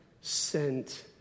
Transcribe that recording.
sent